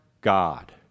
God